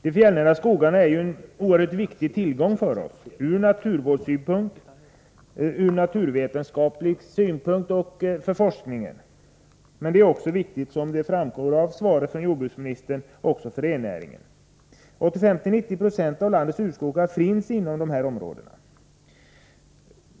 De fjällnära skogarna är en oerhört viktig tillgång för oss — från naturvårdssynpunkt, från naturvetenskaplig synpunkt och från forskningssynpunkt. Men de är, som framgår av svaret från jordbruksministern, viktiga också för rennäringen. 85-90 90 av landets urskogar finns inom de här områdena.